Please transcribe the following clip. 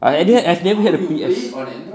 I didn't I've never have a P_S